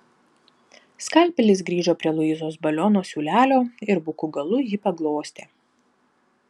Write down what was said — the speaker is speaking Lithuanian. skalpelis grįžo prie luizos baliono siūlelio ir buku galu jį paglostė